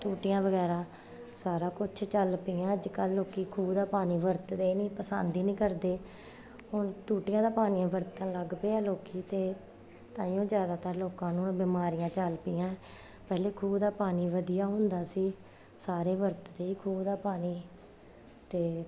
ਟੂਟੀਆਂ ਵਗੈਰਾ ਸਾਰਾ ਕੁਛ ਚੱਲ ਪਿਆ ਅੱਜ ਕੱਲ੍ਹ ਲੋਕੀ ਖੂਹ ਦਾ ਪਾਣੀ ਵਰਤਦੇ ਨਹੀਂ ਪਸੰਦ ਹੀ ਨਹੀਂ ਕਰਦੇ ਹੁਣ ਟੂਟੀਆਂ ਦਾ ਪਾਣੀ ਵਰਤਣ ਲੱਗ ਪਏ ਐ ਲੋਕੀ ਅਤੇ ਤਾਂਹੀਓ ਜ਼ਿਆਦਾਤਰ ਲੋਕਾਂ ਨੂੰ ਬਿਮਾਰੀਆਂ ਚੱਲ ਪਈਆਂ ਪਹਿਲੇ ਖੂਹ ਦਾ ਪਾਣੀ ਵਧੀਆ ਹੁੰਦਾ ਸੀ ਸਾਰੇ ਵਰਤਦੇ ਸੀ ਖੂਹ ਦਾ ਪਾਣੀ ਅਤੇ